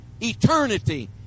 eternity